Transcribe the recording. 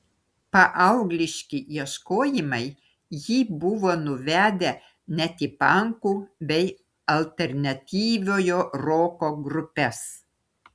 paaugliški ieškojimai jį buvo nuvedę net į pankų bei alternatyviojo roko grupes